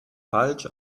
falsch